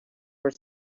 were